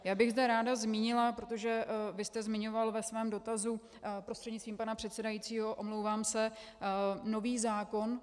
Já bych zde ráda zmínila protože vy jste zmiňoval ve svém dotazu, prostřednictvím pana předsedajícího, omlouvám se, nový zákon.